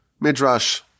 midrash